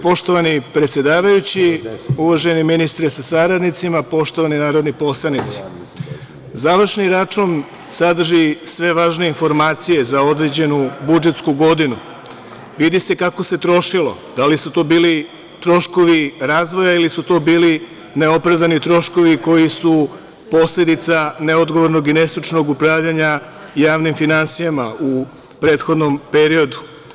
Poštovani predsedavajući, uvaženi ministre sa saradnicima, poštovani narodni poslanici, završni račun sadrži sve važne informacije za određenu budžetsku godinu, vidi se kako se trošilo, da li su to bili troškovi razvoja ili su to bili neopravdani troškovi koji su posledica neodgovornog i nestručnog upravljanja javnim finansijama u prethodnom periodu.